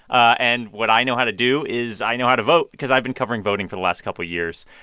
and what i know how to do is i know how to vote because i've been covering voting for the last couple of years.